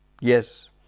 Yes